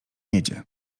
jedzie